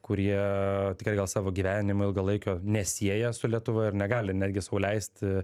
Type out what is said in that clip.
kurie tikrai gal savo gyvenimo ilgalaikio nesieja su lietuva ir negali netgi sau leisti